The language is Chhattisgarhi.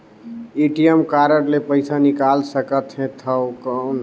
ए.टी.एम कारड ले पइसा निकाल सकथे थव कौन?